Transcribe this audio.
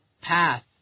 path